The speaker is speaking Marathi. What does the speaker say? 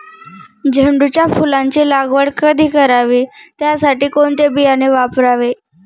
झेंडूच्या फुलांची लागवड कधी करावी? त्यासाठी कोणते बियाणे वापरावे?